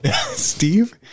Steve